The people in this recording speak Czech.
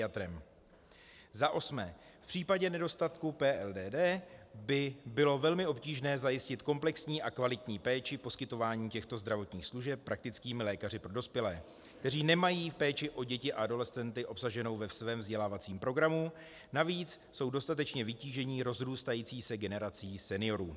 V případě nedostatku PLDD by bylo velmi obtížné zajistit komplexní a kvalitní péči, poskytování těchto zdravotních služeb praktickými lékaři pro dospělé, kteří nemají péči o děti a adolescenty obsaženou ve svém vzdělávacím programu, navíc jsou dostatečně vytíženi rozrůstající se generací seniorů.